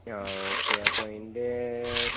ആ ഓക്കേ അപ്പോള് എൻ്റെ